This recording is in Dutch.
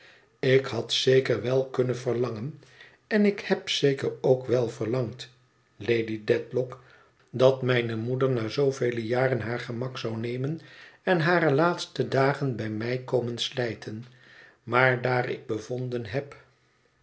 ik had zeker wel kunnen verlangen en ik heb zeker ook wel verlangd lady dedlock dat mijne moeder na zoovele jaren haar gemak zou nemen en hare laatste dagen bij mij komen slijten maar daar ik bevonden heb